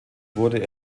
wurde